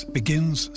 begins